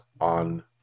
on